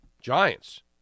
Giants